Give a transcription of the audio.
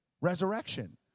Resurrection